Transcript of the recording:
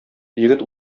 егет